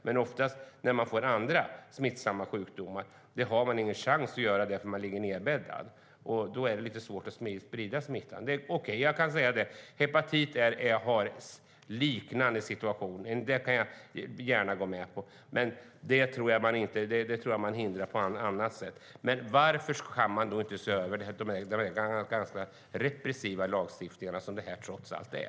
Men vid andra smittsamma sjukdomar har man oftast ingen "chans" att sprida smittan, för man ligger nedbäddad. Då är det lite svårt att sprida smittan. De som har hepatit är i liknande situation; det kan jag gärna gå med på. Men det kan man hindra på annat sätt från att smitta. Men varför kan man inte se över den ganska repressiva lagstiftning som detta trots allt är?